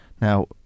Now